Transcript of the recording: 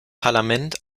parlament